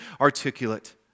articulate